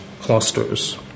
clusters